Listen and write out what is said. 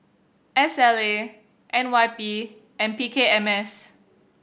S L A N Y P and P K M S